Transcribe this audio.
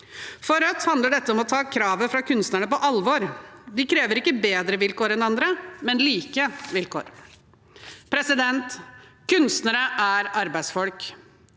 For Rødt handler dette om å ta kravet fra kunstnerne på alvor. De krever ikke bedre vilkår enn andre, men like vilkår. Kunstnere er arbeidsfolk,